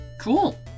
Cool